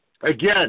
Again